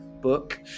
book